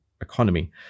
economy